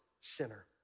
sinner